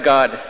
God